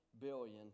billion